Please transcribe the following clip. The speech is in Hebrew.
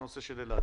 אילת.